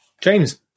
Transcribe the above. James